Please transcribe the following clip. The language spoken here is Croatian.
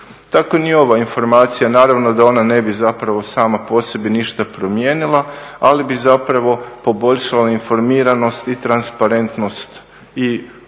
Tako ni ova informacija. Naravno da ona ne bi zapravo sama po sebi ništa promijenila, ali bi zapravo poboljšala informiranost i transparentnost i oko